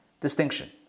distinction